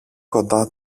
κοντά